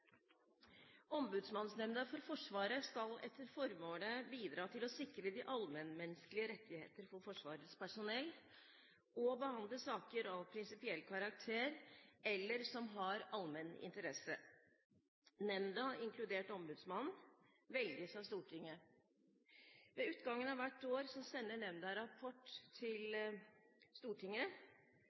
Ombudsmannsnemnda for Forsvaret skal etter formålet bidra til å sikre de allmennmenneskelige rettigheter for Forsvarets personell og behandle saker av prinsipiell karakter eller som har allmenn interesse. Nemnda, inkludert Ombudsmannen, velges av Stortinget. Ved utgangen av hvert år sender nemnda rapport til Stortinget